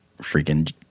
freaking